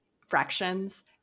fractions